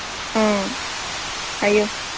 ꯑ ꯍꯥꯏꯌꯨ